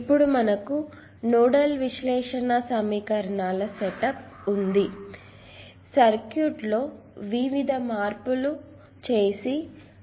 ఇప్పుడు మనకు నోడల్ విశ్లేషణ సమీకరణాలు సెటప్ అనగా G 1 1 G 1 2 G 1 2 0 V1 I1 G 12 G1 2 G2 2 G 2 3 G 2 3 V2 0 0 G 2 3 G 2 3 G 3 3 V3 I3 ఉంది